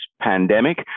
pandemic